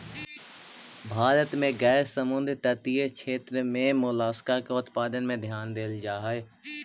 भारत में गैर समुद्र तटीय क्षेत्र में मोलस्का के उत्पादन में ध्यान देल जा हई